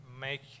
make